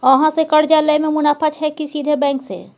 अहाँ से कर्जा लय में मुनाफा छै की सीधे बैंक से?